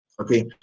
Okay